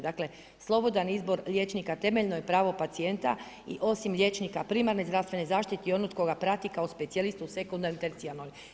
Dakle, slobodan izbor liječnika temeljno je pravo pacijenta i osim liječnika primarne zdravstvene zaštite i onoga tko ga prati kao specijalistu u sekundarnim i tercijarnoj.